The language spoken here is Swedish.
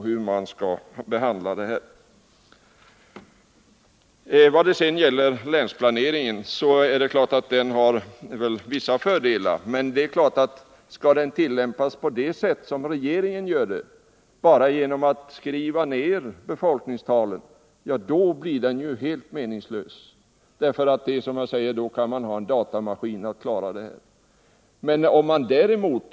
Vad sedan gäller länsplaneringen är det klart att den har vissa fördelar, men om den skall tillämpas på det sätt som regeringen tillämpar den, dvs. att man bara skriver ned befolkningstalet, blir den helt meningslös. Då kan man lika gärna ha en datamaskin att klara av de uppgifterna.